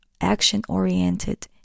action-oriented